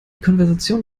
konversation